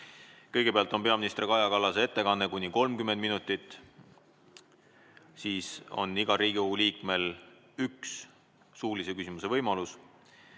Kõigepealt on peaminister Kaja Kallase ettekanne kuni 30 minutit. Siis on igal Riigikogu liikmel ühe suulise küsimuse esitamise